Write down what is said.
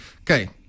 Okay